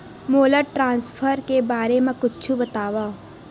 मोला ट्रान्सफर के बारे मा कुछु बतावव?